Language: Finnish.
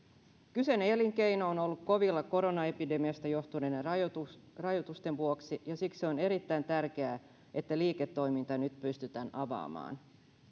kyseinen elinkeino on ollut kovilla koronaepidemiasta johtuneiden rajoitusten rajoitusten vuoksi ja siksi on erittäin tärkeää että liiketoiminta nyt pystytään avaamaan